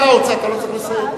אתה לא צריך לסיים.